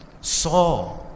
saw